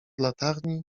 latarni